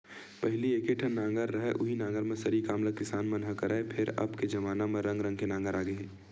पहिली एके ठन नांगर रहय उहीं नांगर म सरी काम ल किसान मन ह करय, फेर अब के जबाना म रंग रंग के नांगर आ गे हे